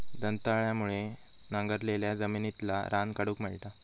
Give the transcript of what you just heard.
दंताळ्यामुळे नांगरलाल्या जमिनितला रान काढूक मेळता